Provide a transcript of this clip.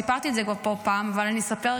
סיפרתי את זה כבר פה פעם אבל אספר,